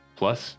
plus